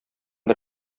бер